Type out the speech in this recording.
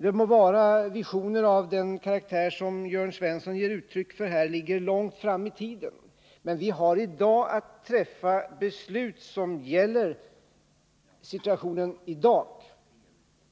Det må vara att visioner av den karaktär som Jörn Svensson här ger uttryck för ligger långt fram i tiden, men vi har i dag att träffa beslut som gäller situationen i dag.